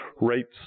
rates